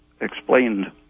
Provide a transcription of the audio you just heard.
explained